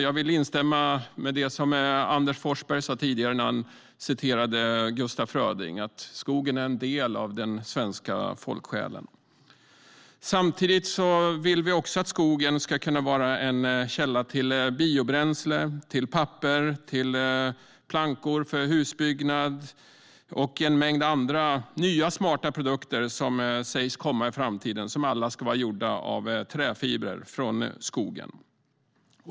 Jag instämmer i det som Anders Forsberg sa tidigare när han citerade Gustaf Fröding, att skogen är en del av den svenska folksjälen. Samtidigt vill vi också att skogen ska vara en källa till biobränsle, papper, plankor för husbyggnad och en mängd andra nya smarta produkter i framtiden som alla ska vara tillverkade av träfiber från skogen.